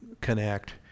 connect